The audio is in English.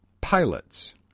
pilots